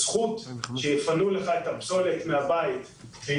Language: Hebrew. הזכות שיפנו לך את הפסולת מהבית והיא